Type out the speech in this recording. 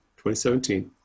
2017